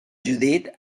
judit